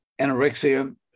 anorexia